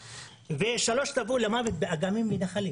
משחייה, ושלושה טבעו למוות באגמים ונחלים.